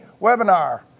webinar